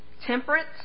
temperance